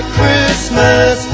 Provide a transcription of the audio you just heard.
Christmas